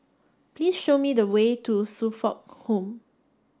please show me the way to Suffolk Home